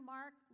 Mark